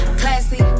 classy